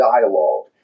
dialogue